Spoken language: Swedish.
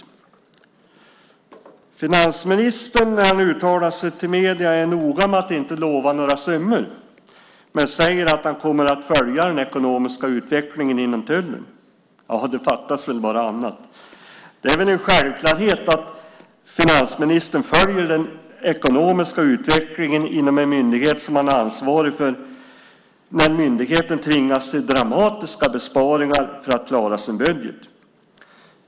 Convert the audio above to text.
När finansministern uttalar sig för medierna är han noga med att inte lova några summor men säger att han kommer att följa den ekonomiska utvecklingen inom tullen. Ja, fattas bara annat! Det är väl en självklarhet att finansministern följer den ekonomiska utvecklingen inom en myndighet som han är ansvarig för när myndigheten tvingas till dramatiska besparingar för att klara sin budget.